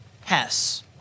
Hess